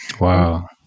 Wow